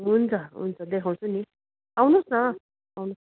हुन्छ हुन्छ देखाउँछु नि आउनुहोस् न आउनुहोस्